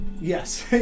Yes